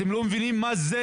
אתם לא מבינים מה זה?